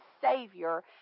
Savior